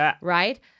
right